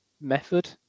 method